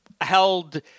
held –